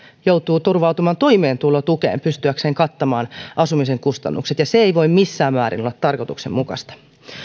joutuu turvautumaan toimeentulotukeen pystyäkseen kattamaan asumisen kustannukset ja se ei voi missään määrin olla tarkoituksenmukaista